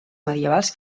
medievals